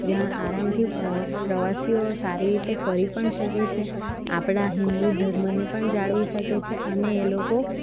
જ્યાં આરામથી પ્રવાસીઓ સારી રીતે ફરી પણ શકે છે આપણા હિન્દુ ધર્મને પણ જાળવી શકે છે અને એ લોકો